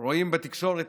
רואים בתקשורת,